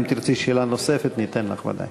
אם תרצי שאלה נוספת ניתן לך, ודאי.